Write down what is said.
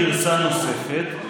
הוא מוסר גרסה נוספת.